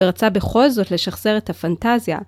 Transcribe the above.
ורצה בכל זאת לשחזר את הפנטזיה.